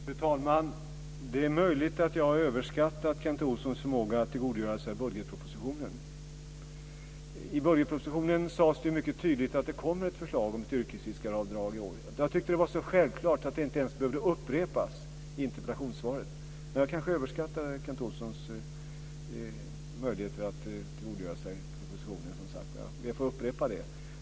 Fru talman! Det är möjligt att jag har överskattat Kent Olssons förmåga att tillgodogöra sig budgetpropositionen. I budgetpropositionen sades det mycket tydligt att det kommer ett förslag om ett yrkesfiskaravdrag i år. Jag tyckte att det var så självklart att det inte ens behövde upprepas i interpellationssvaret. Men jag kanske överskattade Kent Olssons möjligheter att tillgodogöra sig propositionen. Jag ber att få upprepa det.